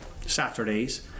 Saturdays